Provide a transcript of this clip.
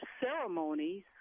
ceremonies